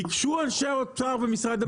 ביקשו אנשי האוצר ומשרד המשפטים.